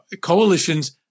Coalitions